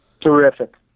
Terrific